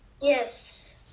Yes